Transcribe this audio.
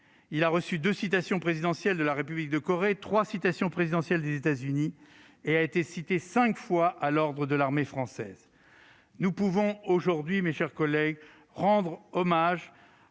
Il a reçu deux citations présidentielles de la République de Corée, trois citations présidentielles des États-Unis, et a été cité cinq fois à l'ordre de l'armée française. Nous pouvons aujourd'hui rendre hommage